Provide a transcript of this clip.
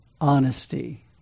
honesty